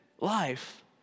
life